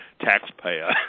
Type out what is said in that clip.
taxpayer